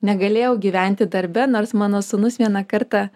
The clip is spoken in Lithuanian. negalėjau gyventi darbe nors mano sūnus vieną kartą